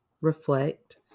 reflect